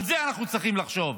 על זה אנחנו צריכים לחשוב.